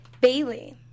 Bailey